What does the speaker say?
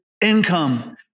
income